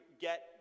get